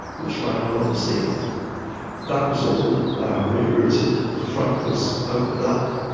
which ran along the seafront that was all rerouted, the front was opened up,